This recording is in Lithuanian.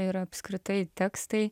ir apskritai tekstai